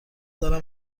دارم